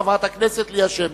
חברת הכנסת ליה שמטוב.